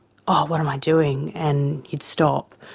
oh, what am i doing, and you'd stop,